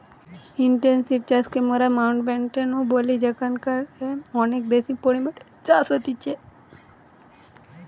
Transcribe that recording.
intensive চাষকে মোরা Mountbatten ও বলি যেখানকারে অনেক বেশি পরিমাণে চাষ হতিছে